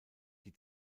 die